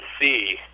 see